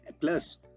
plus